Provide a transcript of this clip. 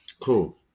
Cool